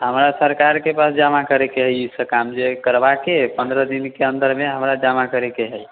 हमरा सरकारके पास जमा करैके है ई सभ काम जे करबाके है पन्द्रह दिनके अन्दरमे हमरा जमा करैके है